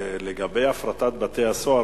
לגבי הפרטת בתי-הסוהר,